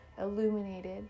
illuminated